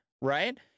right